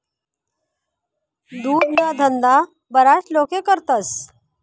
दुधना धंदा बराच लोके करतस